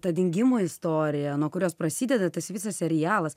ta dingimo istorija nuo kurios prasideda tas visas serialas